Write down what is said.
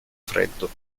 freddo